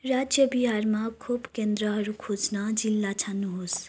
राज्य बिहारमा खोप केन्द्रहरू खोज्न जिल्ला छान्नुहोस्